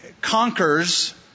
conquers